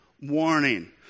warning